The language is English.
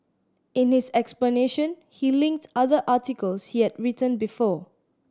in his explanation he linked other articles he has written before